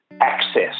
access